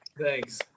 Thanks